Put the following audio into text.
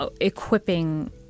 equipping